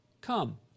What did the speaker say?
Come